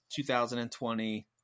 2020